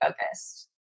focused